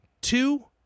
Two